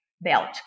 belt